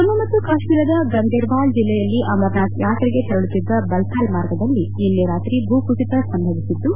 ಜಮ್ನು ಮತ್ತು ಕಾಶ್ಮೀರದ ಗಂದೇರ್ಬಾಲ್ ಜಿಲ್ಲೆಯಲ್ಲಿ ಅಮರನಾಥ್ ಯಾತ್ರೆಗೆ ತೆರಳುತ್ತಿದ್ದ ಬಲ್ತಾಲ್ ಮಾರ್ಗದಲ್ಲಿ ನಿನ್ನೆ ರಾತ್ರಿ ಭೂ ಕುಸಿತ ಸಂಭವಿಸಿದ್ದು